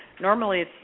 normally